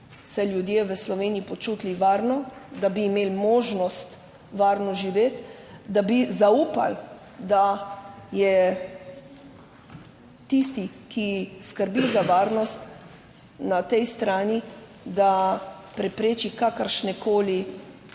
se ljudje v Sloveniji počutili varno, da bi imeli možnost varno živeti, da bi zaupali, da je tisti, ki skrbi za varnost na tej strani, da prepreči kakršnekoli